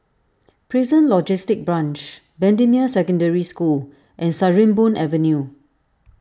Prison Logistic Branch Bendemeer Secondary School and Sarimbun Avenue